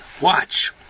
Watch